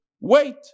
wait